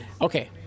Okay